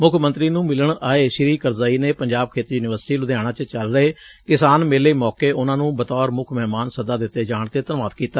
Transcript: ਮੁੱਖ ਮੰਤਰੀ ਨੂੰ ਮਿਲਣ ਆਏ ਸ੍ਰੀ ਕਰਜੱਈ ਨੇ ਪੰਜਾਬ ਖੇਤੀ ਯੂਨੀਵਰਸਿਟੀ ਲੁਧਿਆਣਾ ਚ ਚਲ ਰਹੇ ਕਿਸਾਨ ਮੇਲੇ ਮੌਕੇ ਉਨੂਾ ਨੂੰ ਬਤੌਰ ਮੁੱਖ ਮਹਿਮਾਨ ਸੱਦਾ ਦਿੱਤੇ ਜਾਣ ਤੇ ਧੰਨਵਾਦ ਕੀਤਾ